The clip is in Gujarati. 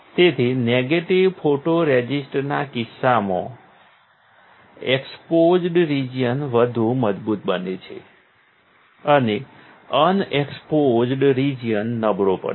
તેથી નેગેટિવ ફોટોરઝિસ્ટના કિસ્સામાં એક્સપોઝ્ડ રિજિઅન વધુ મજબૂત બને છે અને અનએક્સપોઝ્ડ રિજિઅન નબળો પડે છે